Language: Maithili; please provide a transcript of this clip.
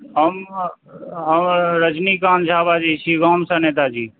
हम हम रजनीकान्त झा बाजैत छी गामसँ नेताजी